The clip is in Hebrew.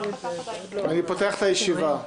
אני פותח הישיבה.